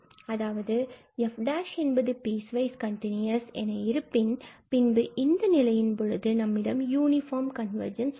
அதாவது f என்பது piecewise continuous என இருப்பின் பின்பு இந்த நிலையின் பொழுது நம்மிடம் யூனிபார்ம் கன்வர்ஜென்ஸ் உள்ளது